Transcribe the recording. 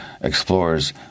explores